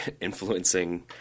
influencing